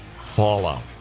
fallout